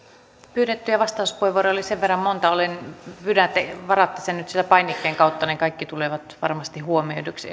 pyydettyjä vastauspuheenvuoroja oli sen verran monta että pyydän että varaatte ne nyt painikkeen kautta niin kaikki tulevat varmasti huomioiduksi